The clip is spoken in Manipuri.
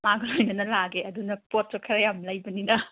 ꯃꯥꯒ ꯂꯣꯏꯅꯅ ꯂꯥꯛꯑꯒꯦ ꯑꯗꯨꯅ ꯄꯣꯠꯇꯣ ꯈꯔ ꯌꯥꯝꯅ ꯂꯩꯕꯅꯤꯅ